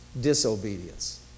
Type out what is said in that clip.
Disobedience